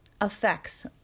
affects